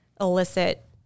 elicit